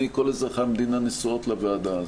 כל אזרחי המדינה נשואות לוועדה הזו.